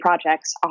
projects